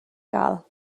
gael